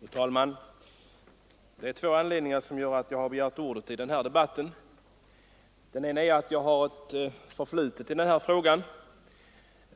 Fru talman! Det är av två anledningar jag har begärt ordet i den här debatten. Den ena är att jag har ett förflutet i den här frågan.